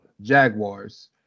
Jaguars